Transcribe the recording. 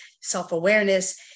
self-awareness